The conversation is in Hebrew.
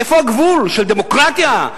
איפה הגבול של דמוקרטיה?